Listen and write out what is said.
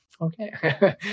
okay